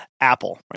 Apple